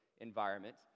environment